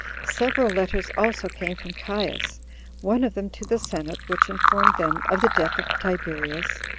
several letters also came from caius one of them to the senate, which informed them of the death of tiberius,